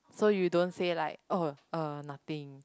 so you don't say like oh uh nothing